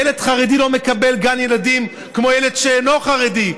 ילד חרדי לא מקבל גן ילדים כמו ילד שאינו חרדי,